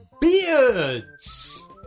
beards